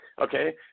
Okay